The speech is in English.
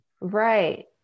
Right